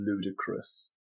ludicrous